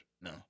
No